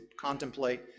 contemplate